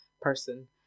person